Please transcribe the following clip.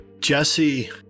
Jesse